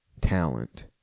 talent